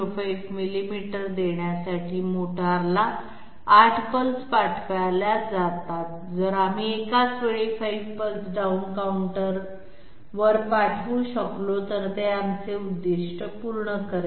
05 millimetre देण्यासाठी मोटारला 8 pulse पाठवल्या जातात जर आम्ही एकाच वेळी 5 पल्स डाऊन काउंटरवर पाठवू शकलो तर ते आमचे उद्दिष्ट पूर्ण करेल